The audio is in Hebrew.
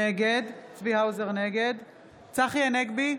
נגד צחי הנגבי,